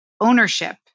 Ownership